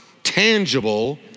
tangible